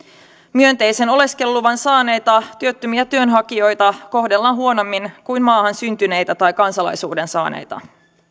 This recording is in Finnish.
myönteisen oleskeluluvan saaneita työttömiä työnhakijoita kohdellaan huonommin kuin maahan syntyneitä tai kansalaisuuden saaneita